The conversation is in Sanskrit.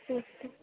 अस्तु अस्तु